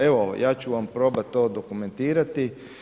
Evo ja ću vam probati to dokumentirati.